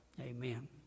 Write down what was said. Amen